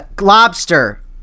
lobster